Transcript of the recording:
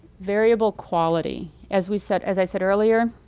variable quality. as we said as i said earlier,